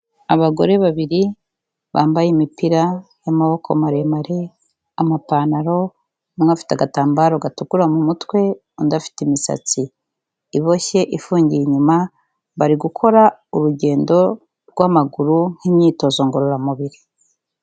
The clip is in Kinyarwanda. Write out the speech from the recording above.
Abagore babiri bambaye bambaye imipira y' amaboko maremare n' amapantaro, umwe afite agatambaro gatukura mu mutwe undi afite imisatsi iboshye ifungiye inyuma, bari gukora urugendo rw' amaguru nk' umyitozo ngororamubiri.